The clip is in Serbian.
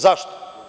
Zašto?